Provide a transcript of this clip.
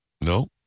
No